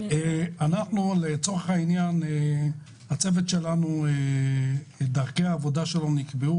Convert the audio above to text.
דרכי העבודה של הצוות שלנו נקבעו